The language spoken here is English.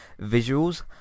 visuals